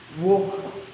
walk